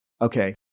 Okay